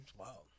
wow